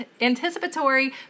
anticipatory